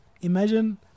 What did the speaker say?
imagine